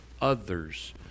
others